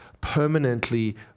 permanently